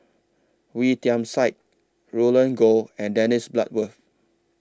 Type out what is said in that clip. Wee Tian Siak Roland Goh and Dennis Bloodworth